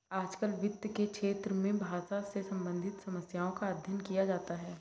आजकल वित्त के क्षेत्र में भाषा से सम्बन्धित समस्याओं का अध्ययन किया जाता है